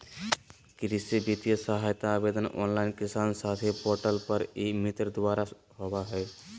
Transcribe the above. कृषि वित्तीय सहायता आवेदन ऑनलाइन किसान साथी पोर्टल पर ई मित्र द्वारा होबा हइ